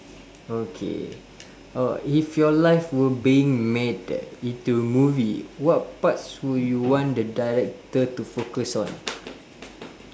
okay oh if your life were being made into a movie what parts will you want the director to focus on